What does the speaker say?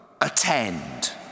attend